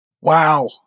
Wow